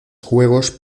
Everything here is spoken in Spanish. juegos